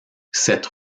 cette